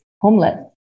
homeless